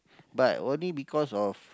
but only because of